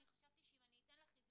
אני חשבתי שאם אני אתן לה חיזוק